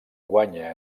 guanya